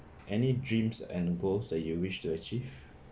any dreams and goals that you wish to achieve